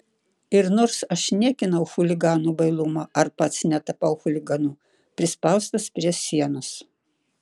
ir nors aš niekinau chuliganų bailumą ar pats netapau chuliganu prispaustas prie sienos